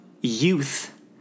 youth